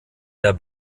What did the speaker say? der